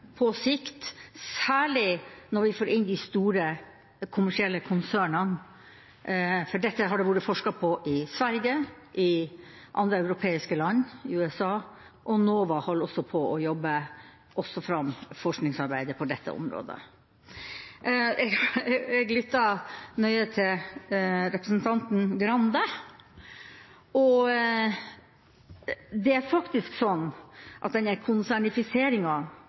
på sikt, særlig når vi får inn de store kommersielle konsernene. For dette har det blitt forsket på i Sverige, i andre europeiske land og i USA, og NOVA holder også på å jobbe fram forskningsarbeidet på dette området. Jeg lyttet nøye til representanten Skei Grande. Det er faktisk sånn at den «konsernifiseringen» som hun snakket om, og som jeg er opptatt av,